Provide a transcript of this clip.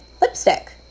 lipstick